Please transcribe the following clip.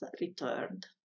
returned